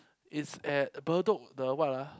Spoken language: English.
it's at Bedok the what ah